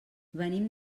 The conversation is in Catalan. venim